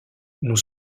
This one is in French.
nous